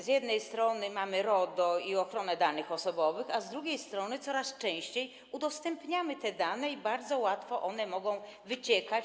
Z jednej strony mamy bowiem RODO i ochronę danych osobowych, a z drugiej strony coraz częściej udostępniamy te dane i bardzo łatwo one mogą wyciekać.